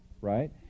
right